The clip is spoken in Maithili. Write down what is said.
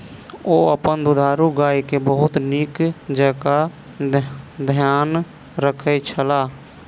ओ अपन दुधारू गाय के बहुत नीक जेँका ध्यान रखै छला